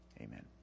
Amen